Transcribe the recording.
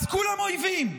אז כולם אויבים,